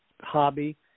hobby